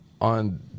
on